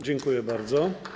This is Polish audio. Dziękuję bardzo.